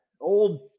old